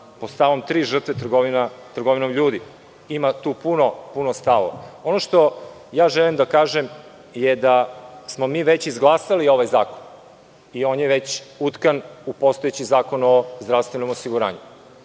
pod stavom 3. - žrtve trgovinom ljudi. Ima tu puno stava. Ono što želim da kažem je da smo mi već izglasali ovaj zakon i on je već utkan u postojeći Zakon o zdravstvenom osiguranju.